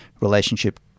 relationship